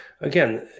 again